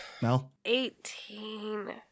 18